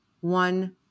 one